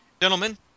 Gentlemen